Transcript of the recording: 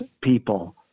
people—